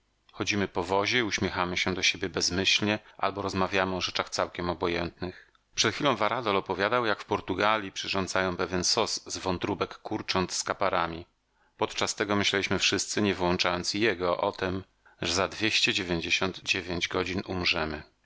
chodźmy po wozie i uśmiechamy się do siebie bezmyślnie albo rozmawiamy o rzeczach całkiem obojętnych przed chwilą varadol opowiadał jak w portugalji przyrządzają pewien sos z wątróbek kurcząt z kaparami podczas tego myśleliśmy wszyscy nie wyłączając i jego o tem że za dwieście dziewięćdziesiąt dziewięć godzin umrzemy